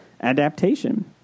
adaptation